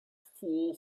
full